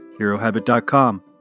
HeroHabit.com